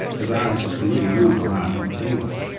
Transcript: the viruses can really move around almost anywhere.